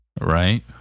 Right